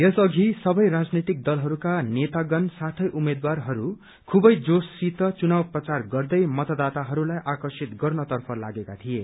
यस अघि सबै राजनैतिक दलहरूमा नेतागण साथै उम्मेद्वारहरू खुवै जोशसित चुनाव प्रचार गर्दै मतदाताहरूलाई आकर्षित गर्नतर्फ लागेका थिए